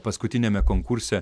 paskutiniame konkurse